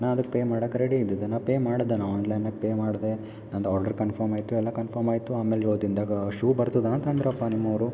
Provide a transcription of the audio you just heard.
ನಾ ಅದಕ್ಕೆ ಪೇ ಮಾಡೋಕ್ ರೆಡಿ ಇದ್ದಿದೆ ನಾ ಪೇ ಮಾಡೋದನಾ ಆನ್ಲೈನಾಗೆ ಪೇ ಮಾಡಿದೆ ನಂದು ಆರ್ಡ್ರ್ ಕನ್ಫಮ್ ಆಯಿತು ಎಲ್ಲ ಕನ್ಫಮ್ ಆಯಿತು ಆಮೇಲೆ ಏಳು ದಿನದಾಗ ಶೂ ಬರ್ತದ ಅಂತಂದ್ರಪ್ಪಾ ನಿಮ್ವೋರು